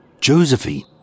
Josephine